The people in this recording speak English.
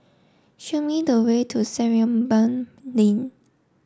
show me the way to Sarimbun Lane